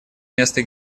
место